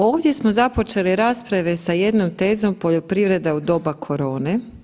Ovdje smo započeli rasprave sa jednom tezom poljoprivreda u doba korone.